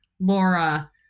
Laura